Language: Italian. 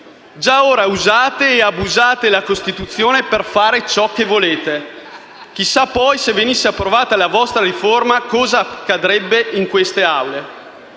Già ora usate e abusate della Costituzione per fare ciò che volete. Chissà poi, se venisse approvata la vostra riforma, cosa accadrebbe in queste Aule.